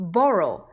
Borrow